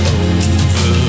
over